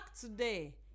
today